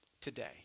today